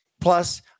Plus